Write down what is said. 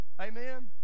amen